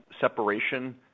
separation